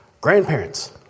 grandparents